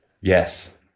Yes